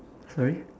sorry